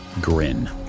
grin